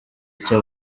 icyo